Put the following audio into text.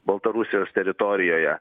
baltarusijos teritorijoje